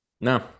No